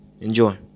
enjoy